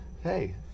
Hey